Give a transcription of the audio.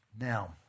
Now